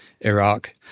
Iraq